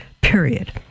period